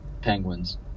Penguins